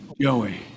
Joey